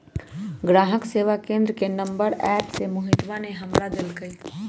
ग्राहक सेवा केंद्र के नंबर एप्प से मोहितवा ने हमरा देल कई